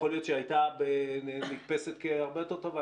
יכול להיות שהיא הייתה נתפסת כהרבה יותר טובה.